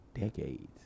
decades